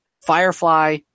Firefly